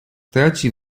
traci